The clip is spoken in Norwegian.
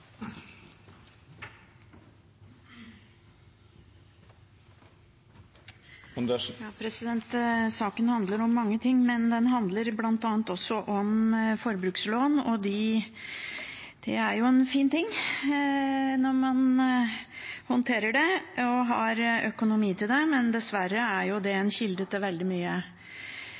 saken handler om mye, men den handler også om forbrukslån. Det er jo en fin ting når man kan håndtere det og har økonomi til det, men dessverre er det en kilde til veldig mye